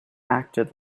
acted